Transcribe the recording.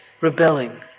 rebelling